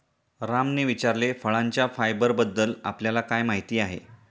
रामने विचारले, फळांच्या फायबरबद्दल आपल्याला काय माहिती आहे?